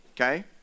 okay